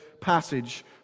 passage